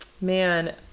man